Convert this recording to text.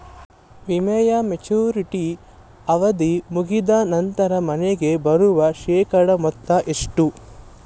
ವಿಮೆಯ ಮೆಚುರಿಟಿ ಅವಧಿ ಮುಗಿದ ನಂತರ ನಮಗೆ ಬರುವ ಶೇಕಡಾ ಮೊತ್ತ ಎಷ್ಟು?